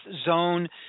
zone